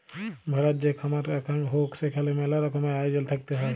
ভেড়ার যে খামার রাখাঙ হউক সেখালে মেলা রকমের আয়জল থাকত হ্যয়